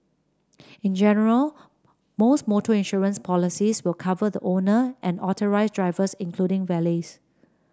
in general most motor insurance policies will cover the owner and authorised drivers including valets